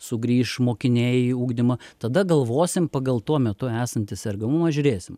sugrįš mokiniai į ugdymą tada galvosim pagal tuo metu esantį sergamumą žiūrėsim